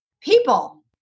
people